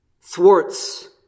thwarts